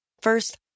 First